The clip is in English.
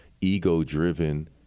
ego-driven